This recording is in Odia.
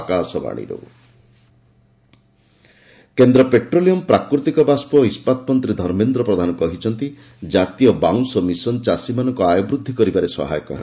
ଧର୍ମେନ୍ଦ୍ର ପ୍ରଧାନ କେନ୍ଦ୍ର ପେଟ୍ରୋଲିୟମ୍ ପ୍ରାକୃତିକ ବାଷ୍ପ ଓ ଇସ୍କାତ୍ ମନ୍ତ୍ରୀ ଧର୍ମେନ୍ଦ ପ୍ରଧାନ କହିଛନ୍ତି ଜାତୀୟ ବାଉଁସ ମିଶନ୍ ଚାଷୀମାନଙ୍କ ଆୟ ବୃଦ୍ଧି କରିବାରେ ସହାୟକ ହେବ